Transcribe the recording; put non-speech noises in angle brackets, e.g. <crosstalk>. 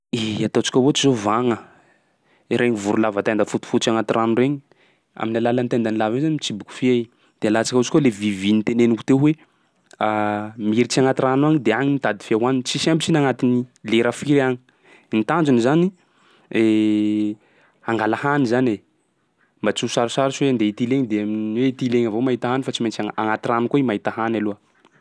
I ataontsika ohatsy zao vagna, iregny voro lava tenda fotifotsy agnaty rano regny, amin'ny alalan'ny tendany lava io zany mitriboky fia i. De alantsika ohatsy koa le vivy noteneniko teo hoe <hesitation> militsy agnaty rano agny de agny mitady fia hohaniny, tsisy sempotsy i na agnatin'ny lera firy agny. Ny tanjony zany <hesitation> hangala hany zany e, mba tsy ho sarosarotsy hoe ndeha hitily igny de <hesitation> hoe hitily egny avao mahita hany fa tsy maintsy agna- agnaty rano koa i mahita hany aloha.